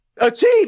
achieve